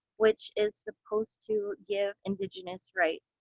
which is supposed to give indigenous rights.